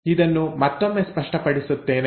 ಇದನ್ನು ಮತ್ತೊಮ್ಮೆ ಸ್ಪಷ್ಟಪಡಿಸುತ್ತೇನೆ